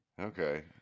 Okay